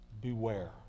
Beware